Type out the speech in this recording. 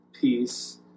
peace